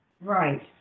Right